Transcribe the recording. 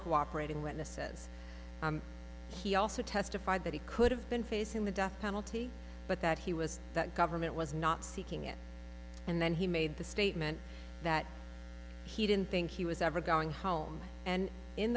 cooperating witnesses he also testified that he could have been facing the death penalty but that he was that government was not seeking it and then he made the statement that he didn't think he was ever going home and in